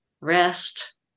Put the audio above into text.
rest